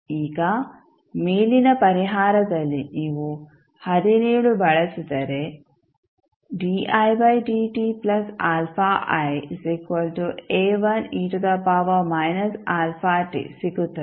ಈಗ ಮೇಲಿನ ಪರಿಹಾರದಲ್ಲಿ ನೀವು ಬಳಸಿದರೆ ಸಿಗುತ್ತದೆ